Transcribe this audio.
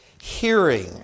hearing